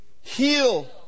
heal